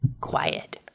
Quiet